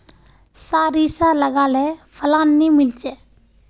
सारिसा लगाले फलान नि मीलचे?